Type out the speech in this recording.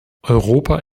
europa